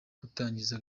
gutangiza